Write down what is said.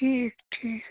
ٹھیٖک ٹھیٖک